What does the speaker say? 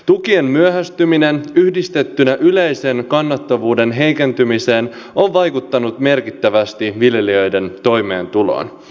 tukien myöhästyminen yhdistettynä yleisen kannattavuuden heikentymiseen on vaikuttanut merkittävästi viljelijöiden toimeentuloon